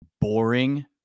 boring